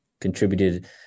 contributed